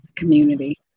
community